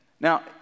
Now